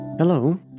Hello